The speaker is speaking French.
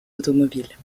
automobiles